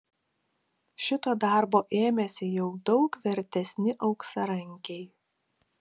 šito darbo ėmėsi jau daug vertesni auksarankiai